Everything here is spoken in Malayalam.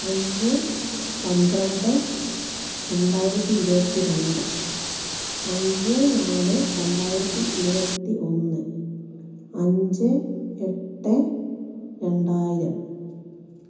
അഞ്ച് പന്ത്രണ്ട് രണ്ടായിരത്തി ഇരുപത്തി രണ്ട് അഞ്ച് നാല് രണ്ടായിരത്തി ഇരുപത്തി ഒന്ന് അഞ്ച് എട്ട് രണ്ടായിരം